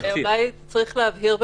אולי צריך להבהיר,